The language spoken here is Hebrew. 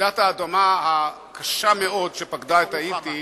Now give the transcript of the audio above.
רעידת האדמה הקשה מאוד שפקדה את האיטי